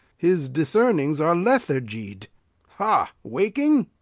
his discernings are lethargied ha! waking?